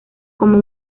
como